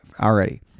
already